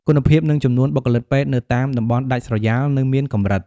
គុណភាពនិងចំនួនបុគ្គលិកពេទ្យនៅតាមតំបន់ដាច់ស្រយាលនៅមានកម្រិត។